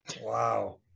Wow